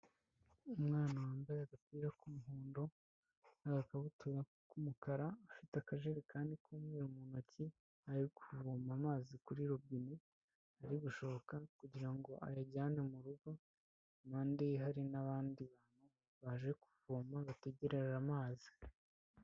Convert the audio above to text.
Umwana wambaye agapira k'umuhondo n'agakabutura k'umukara afite akajegakani k'umweru mu ntoki ari kuvoma amazi kuri robine, ari gushoka kugira ngo ayajyane mu rugo, impande ye hari n'abandi baje kuvoma bategerera amazi.